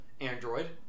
Android